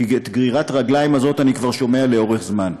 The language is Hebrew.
כי את גרירת הרגליים הזאת אני כבר שומע לאורך זמן.